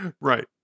Right